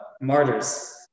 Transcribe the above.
martyrs